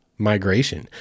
migration